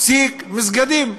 פסיק, מסגדים.